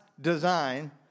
design